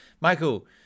Michael